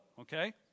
Okay